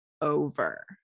over